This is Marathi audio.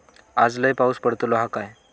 आज लय पाऊस पडतलो हा काय?